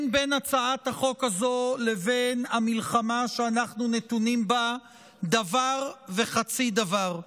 בין הצעת החוק הזאת לבין המלחמה שאנחנו נתונים בה אין דבר וחצי דבר.